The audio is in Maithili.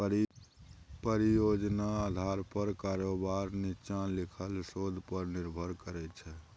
परियोजना आधार पर कारोबार नीच्चां लिखल शोध पर निर्भर करै छै